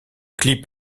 clip